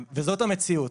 וזאת המציאות.